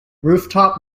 rooftop